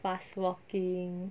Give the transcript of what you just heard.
fast walking